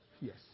Yes